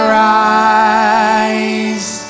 rise